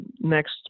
next